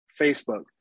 Facebook